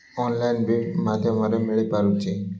online ବି ମାଧ୍ୟମରେ ମିଳିପାରୁଛି